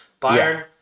Bayern